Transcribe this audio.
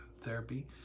therapy